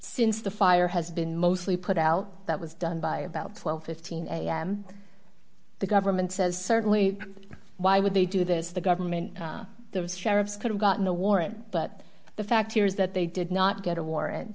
since the fire has been mostly put out that was done by about twelve fifteen am the government says certainly why would they do this the government there was sheriffs could have gotten a warrant but the fact here is that they did not get a warran